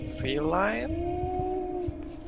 feline